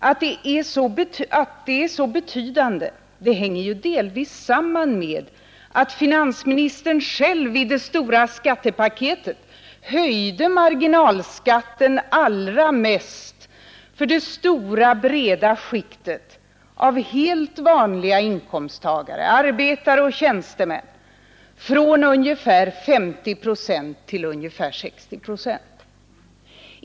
Att de är så betydande hänger ju delvis samman med att finansministern själv i det stora skattepaketet höjde marginalskatten allra mest för det stora breda skiktet av helt vanliga inkomsttagare, arbetare och tjänstemän, från ungefär 50 procent till ungefär 60 procent.